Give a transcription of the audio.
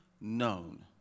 known